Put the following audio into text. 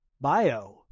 bio